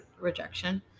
rejection